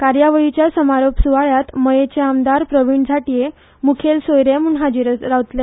कार्यावळीच्या समारोप स्रवाळ्याक मयेंचे आमदार प्रवीण झांटये मुखेल सोयरे म्हणून हाजीर रावतले